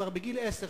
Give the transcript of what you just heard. כבר בגיל עשר,